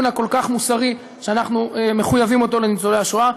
הכל-כך מוסרי שאנחנו מחויבים בו לניצולי השואה.